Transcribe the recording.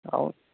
అవును